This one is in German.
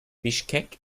bischkek